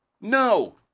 No